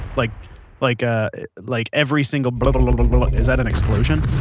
like like ah like every single, but is that an explosion?